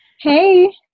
Hey